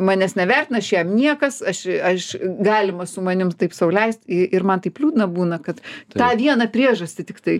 manęs nevertina aš jam niekas aš aš galima su manim taip sau leist ir man taip liūdna būna kad tą vieną priežastį tiktai